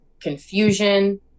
confusion